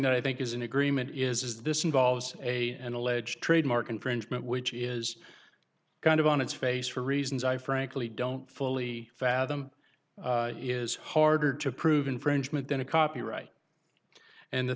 that i think is in agreement is this involves a an alleged trademark infringement which is kind of on its face for reasons i frankly don't fully fathom is harder to prove infringement than a copyright and the